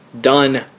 Done